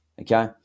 Okay